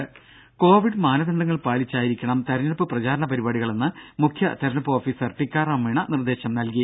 ദര കോവിഡ് മാനദണ്ഡങ്ങൾ പാലിച്ചായിരിക്കണം തിരഞ്ഞെടുപ്പ് പ്രചാരണ പരിപാടികളെന്ന് മുഖ്യ തിരഞ്ഞെടുപ്പ് ഓഫീസർ ടിക്കാറാം മീണ നിർദ്ദേശം നൽകി